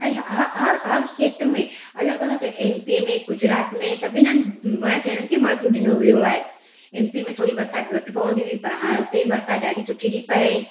ऐं हर हर खेत्र में एमपीअ में गुजरात में सभिन हंधि वण टिण खे महत्व ॾिनो वियो आहे एम पी में थोड़ी बरसाति घटि पवंदी हुई पर हाण उते बि बरसाति ॾाढी सुठी थी पए